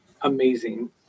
amazing